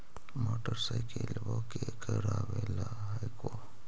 मोटरसाइकिलवो के करावे ल हेकै?